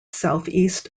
southeast